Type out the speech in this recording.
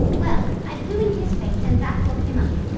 well, i blew in his face, and that woke him up.